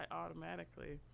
automatically